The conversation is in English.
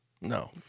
No